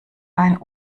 ein